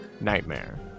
nightmare